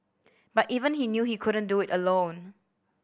but even he knew he couldn't do it alone